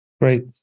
Great